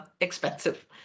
expensive